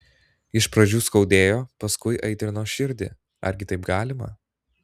iš pradžių skaudėjo paskui aitrino širdį argi taip galima